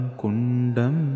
kundam